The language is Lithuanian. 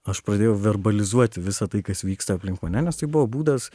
aš pradėjau verbalizuoti visa tai kas vyksta aplink mane nes tai buvo būdas